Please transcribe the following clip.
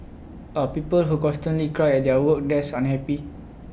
are people who constantly cry at their work desk unhappy